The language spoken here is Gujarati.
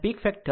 732 છે